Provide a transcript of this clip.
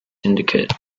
syndicate